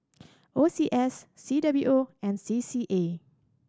O C S C W O and C C A